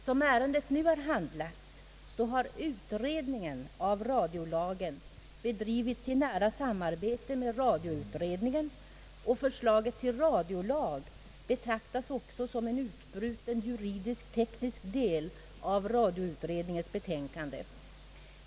Som ärendet nu har handlagts har utredningen av radiolagen bedrivits i nära samarbete med radioutredningen, och förslaget till radiolag behandlas också som en utbruten juridisk-teknisk del av radioutredningens betänkande.